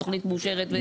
התוכנית מאושרת וזה.